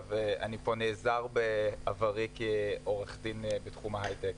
אני נעזר בעברי כעורך דין בתחום ההיי-טק.